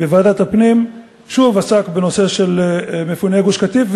בוועדת הפנים ששוב עסק בנושא של מפוני גוש-קטיף.